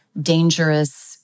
dangerous